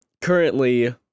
currently